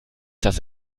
dass